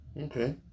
Okay